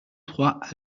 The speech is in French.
trois